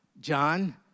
John